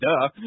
duh